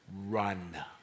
run